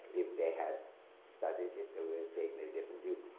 if they had studied it, they would've taken a different view.